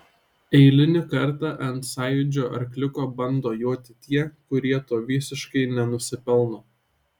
eilinį kartą ant sąjūdžio arkliuko bando joti tie kurie to visiškai nenusipelno